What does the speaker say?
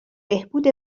بهبود